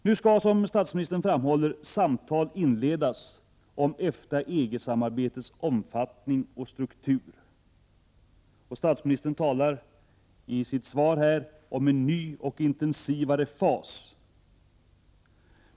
Nu skall som statsministern framhåller, samtal inledas om EFTA-EG samarbetets omfattning och struktur. Statsministern talar i sitt svar om en ny och intensivare fas.